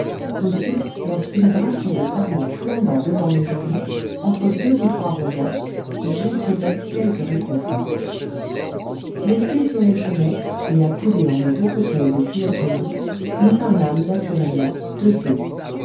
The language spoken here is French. aussi lorsqu'une brassée de sarments flamba devant mes genoux entre deux ou trois rondins j'éprouvai quelque réconfort les pieds sur les chenets et accoudés en nos deux fauteuils de cuir bruni nous parlâmes naturellement de dieu